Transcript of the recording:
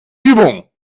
übung